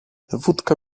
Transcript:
wódka